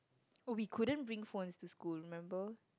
oh we couldn't bring phones to school remember